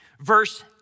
verse